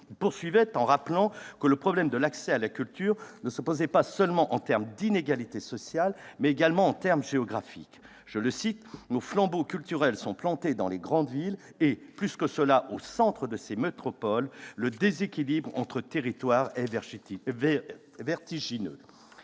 Il poursuivait en rappelant que le problème de l'accès à la culture se pose non seulement en termes d'inégalités sociales, mais également en termes géographiques :« Nos flambeaux culturels sont plantés dans les grandes villes et, plus que cela, au centre de ces métropoles : le déséquilibre entre territoires est vertigineux. »